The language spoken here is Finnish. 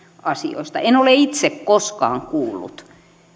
asioista en ole itse koskaan kuullut